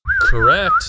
Correct